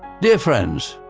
dear friends,